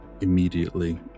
immediately